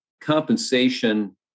compensation